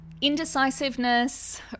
Indecisiveness